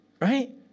right